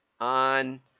on